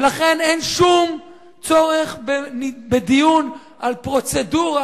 ולכן אין שום צורך בדיון על פרוצדורה,